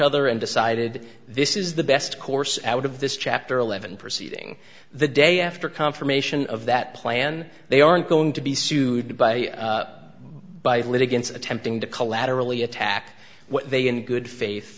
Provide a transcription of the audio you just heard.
other and decided this is the best course out of this chapter eleven proceeding the day after confirmation of that plan they aren't going to be sued by by litigants attempting to collaterally attack what they in good faith